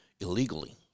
illegally